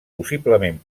possiblement